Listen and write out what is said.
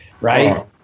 right